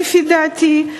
לדעתי,